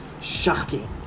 Shocking